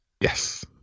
yes